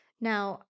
Now